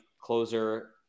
closer